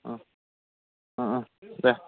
ओ ओ दे